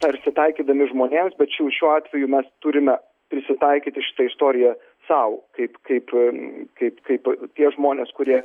tarsi taikydami žmonėms bet šių šiuo atveju mes turime prisitaikyti šitoje istorijoje sau kaip kaip kaip kaip tie žmonės kurie